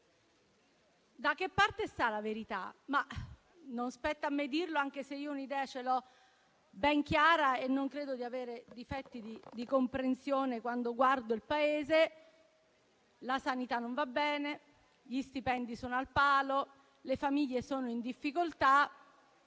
Da che parte sta la verità? Non spetta a me dirlo, anche se io ho un'idea ben chiara e non credo di avere difetti di comprensione quando guardo il Paese. La sanità non va bene, gli stipendi sono al palo, le famiglie sono in difficoltà.